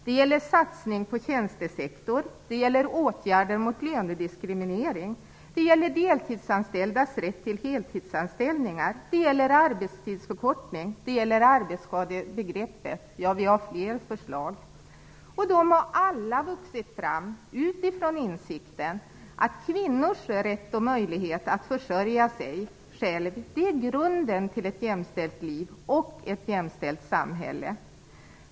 Det gäller satsning på tjänstesektor och åtgärder mot lönediskriminering. Det gäller deltidsanställdas rätt till heltidsanställningar, arbetstidsförkortning och arbetsskadebegreppet. Ja, vi har fler förslag. Alla dessa förslag har vuxit fram utifrån insikten att kvinnors rätt och möjlighet att försörja sig själva är grunden till ett jämställt liv och ett jämställt samhälle.